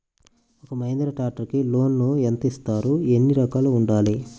ఒక్క మహీంద్రా ట్రాక్టర్కి లోనును యెంత ఇస్తారు? ఎన్ని ఎకరాలు ఉండాలి?